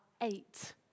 eight